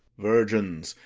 virgins,